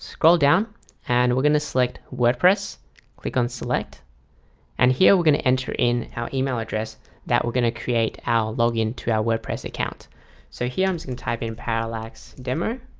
scroll down and we're gonna select wordpress click on select and here we're going to enter in our email address that we're going to create our login to our wordpress account so here i'm gonna type in parallaxdemo